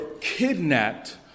kidnapped